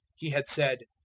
he had said,